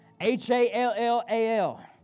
H-A-L-L-A-L